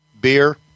Beer